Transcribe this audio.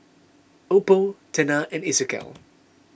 Oppo Tena and Isocal